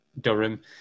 Durham